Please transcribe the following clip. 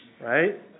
right